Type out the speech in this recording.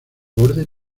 borde